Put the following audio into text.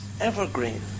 evergreen